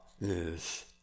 news